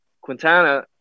Quintana